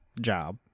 job